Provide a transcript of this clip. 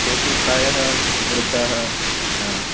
ते तु प्रायः वृद्धाः अ